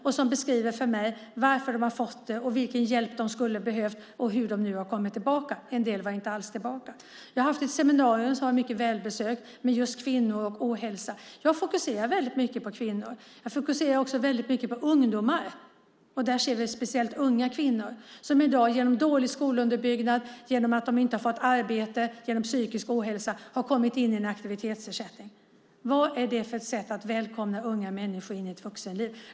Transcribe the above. De har beskrivit för mig varför de har fått det, vilken hjälp de skulle ha behövt och hur de nu har kommit tillbaka. En del var inte alls tillbaka. Jag har haft ett seminarium som var mycket välbesökt om just kvinnor och ohälsa. Jag fokuserar väldigt mycket på kvinnor. Jag fokuserar också väldigt mycket på ungdomar. Där ser vi speciellt unga kvinnor som i dag genom dålig skolunderbyggnad, genom att de inte har fått arbete och genom psykisk ohälsa har kommit in i en aktivitetsersättning. Vad är det för ett sätt att välkomna unga människor in i ett vuxenliv?